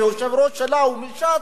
שהיושב-ראש שלה הוא מש"ס,